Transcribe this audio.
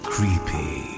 Creepy